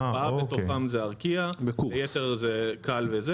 ארבעה מתוכם זה ארקיע, היתר זה קאל וישראייר.